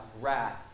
wrath